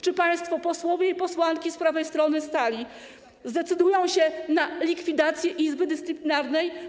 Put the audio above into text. Czy państwo posłowie i posłanki z prawej strony sali zdecydują się na likwidację Izby Dyscyplinarnej?